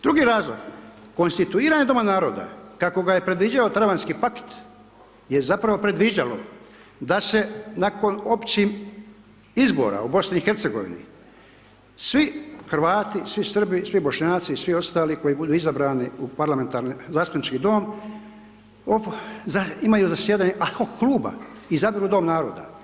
Drugi razlog konstituiranja doma naroda kako ga je predviđao travanjski paket je zapravo predviđalo da se nakon općih izbora u BiH svi Hrvati, svi Srbi, svi Bošnjaci i svi ostali koji budu izabrani u parlamentarni, zastupnički dom imaju zasjedanje ad hoc izabiru dom naroda.